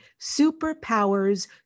superpowers